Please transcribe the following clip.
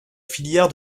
filière